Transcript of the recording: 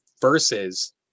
versus